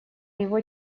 его